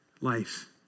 Life